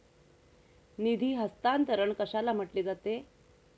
निधी हस्तांतरण कशाला म्हटले जाते?